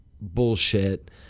bullshit